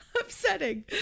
upsetting